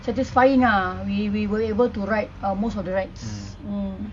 satisfying ah we we were able to ride uh most of the rides mm